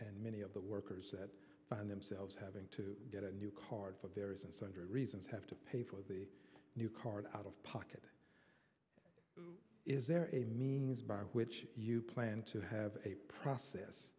and many of the workers that find themselves having to get a new card for various and sundry reasons have to pay for the new card out of pocket is there a means by which you plan to have a process